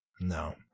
No